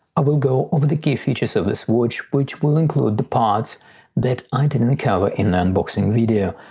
ah will go over the key features of this watch which will include the parts that i didn't cover in the unboxing video.